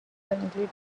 currently